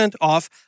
off